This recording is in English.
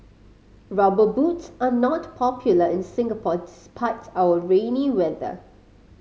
Rubber Boots are not popular in Singapore despite our rainy weather